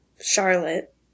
Charlotte